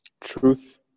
Truth